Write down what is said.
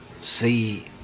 see